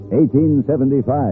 1875